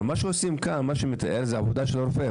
אבל הוא מתאר עבודה של רופא.